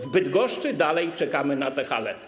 W Bydgoszczy dalej czekamy na tę halę.